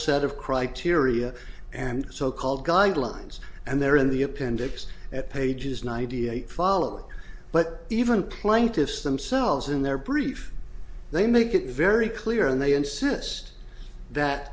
set of criteria and so called guidelines and there in the appendix at pages ninety eight follow but even plaintiffs themselves in their brief they make it very clear and they insist that